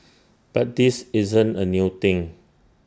but this isn't A new thing